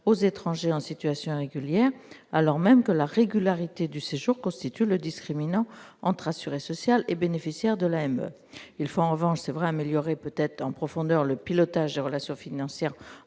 aux étrangers en situation irrégulière, alors même que la régularité du séjour constitue le discriminant entre assuré social et bénéficiaire de l'AME. En revanche, il est vrai qu'il faut peut-être améliorer en profondeur le pilotage des relations financières